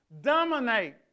Dominate